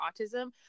autism